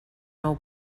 nou